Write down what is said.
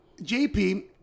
JP